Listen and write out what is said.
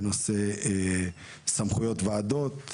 בנושא סמכויות ועדות.